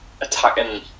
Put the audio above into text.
attacking